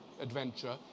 Adventure